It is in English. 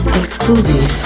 exclusive